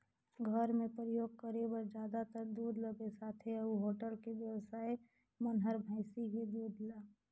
घर मे परियोग करे बर जादातर दूद ल बेसाथे अउ होटल के बेवसाइ मन हर भइसी के दूद ल